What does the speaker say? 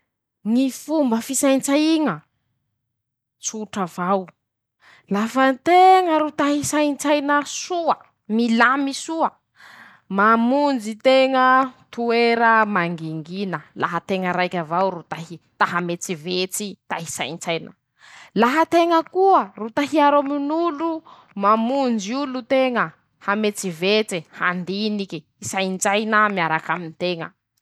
Ñy fomba fisaintsaiña, tsotra avao, lafa teña ro ta hisaintsaina soa, milamy soa: -Mamonjy teña toera mangingina, laha teña raiky avao ro tahy ta hametsivetsy, ta hisaintsaina, laha teña koaa, ro ta hiaro amin'olo, mamonjy olo teña, hametsivetse, handiniky, hisaintsaina miar'aminteña.